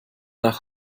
nach